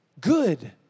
Good